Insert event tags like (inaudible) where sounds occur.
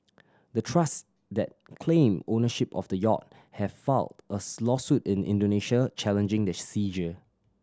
the trust that claim ownership of the yacht have filed a (unintelligible) lawsuit in Indonesia challenging the seizure